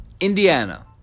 Indiana